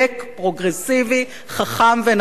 פרוגרסיבי, חכם ונכון.